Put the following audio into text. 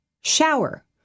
shower